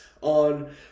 on